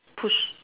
push